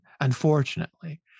unfortunately